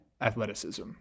athleticism